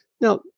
Now